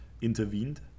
intervened